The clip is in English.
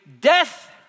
Death